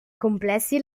complessi